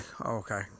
okay